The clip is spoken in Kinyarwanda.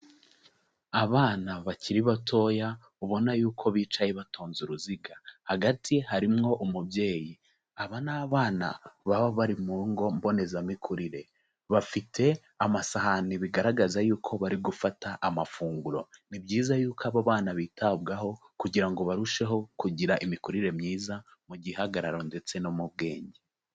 Abana bakiri batoya ubona yuko bicaye batonze uruziga, hagati harimwo umubyeyi aba n'abana baba bari mu ngo mbonezamikurire, bafite amasahani bigaragaza yuko bari gufata amafunguro, ni byiza yuko abo bana bitabwaho kugira ngo barusheho kugira imikurire myiza mu gihagararo ndetse no mu bwenge.